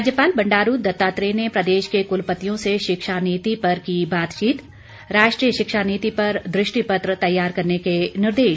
राज्यपाल बंडारू दत्तात्रेय ने प्रदेश के कुलपतियों से शिक्षा नीति पर की बातचीत राष्ट्रीय शिक्षा नीति पर दृष्टि पत्र तैयार करने के निर्देश